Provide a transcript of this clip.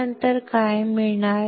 यानंतर काय मिळणार